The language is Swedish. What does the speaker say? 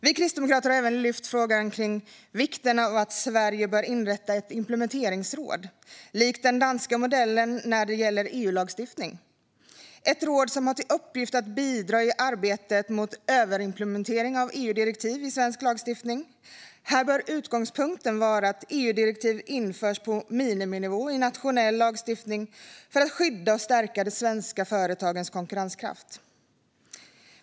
Vi kristdemokrater har även lyft fram frågan om vikten av att Sverige bör inrätta ett implementeringsråd likt den danska modellen när det gäller EU-lagstiftning. Det ska vara ett råd som har till uppgift att bidra i arbetet mot överimplementering av EU-direktiv i svensk lagstiftning. Här bör utgångspunkten vara att EU-direktiv införs på miniminivå i nationell lagstiftning för att skydda och stärka de svenska företagens konkurrenskraft.